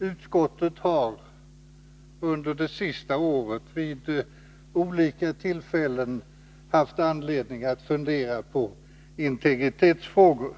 utskottet under det senaste året vid olika tillfällen har haft anledning att fundera på integritetsfrågor.